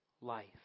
life